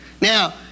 now